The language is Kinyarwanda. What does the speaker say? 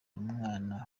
umwana